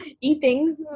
eating